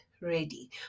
ready